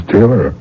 Taylor